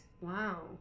Wow